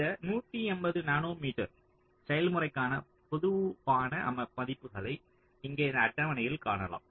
இந்த 180 nano metre செயல்முறைக்கான பொதுவான மதிப்புகளை இங்கே இந்த அட்டவணையில் காணலாம்